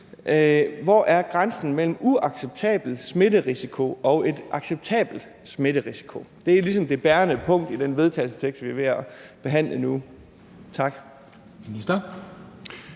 hvor grænsen er mellem en uacceptabel smitterisiko og en acceptabel smitterisiko. Det er ligesom det bærende punkt i det forslag til vedtagelse, vi er ved at behandle nu. Tak.